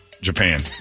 Japan